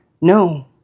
No